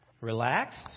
Relaxed